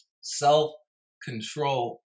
Self-control